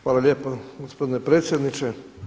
Hvala lijepo gospodine predsjedniče.